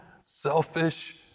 selfish